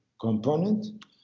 component